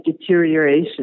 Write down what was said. deterioration